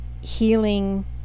healing